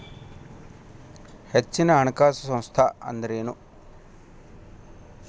ಹೆಚ್ಚಿನ ಹಣಕಾಸಿನ ಸಂಸ್ಥಾ ಅಂದ್ರೇನು?